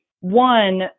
One